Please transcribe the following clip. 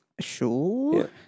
Sure